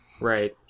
Right